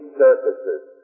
services